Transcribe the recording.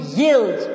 yield